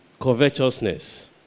covetousness